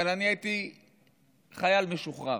אבל אני הייתי חייל משוחרר.